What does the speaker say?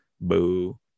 Boo